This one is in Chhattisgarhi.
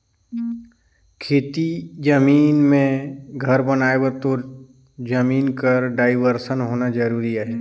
खेती जमीन मे घर बनाए बर तोर जमीन कर डाइवरसन होना जरूरी अहे